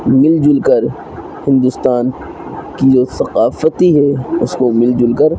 مل جل کر ہندوستان کی جو ثقافتی ہیں اس کو مل جل کر